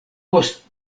post